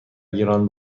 گران